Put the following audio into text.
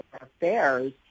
affairs